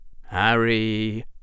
Harry